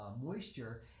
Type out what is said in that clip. moisture